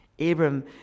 Abram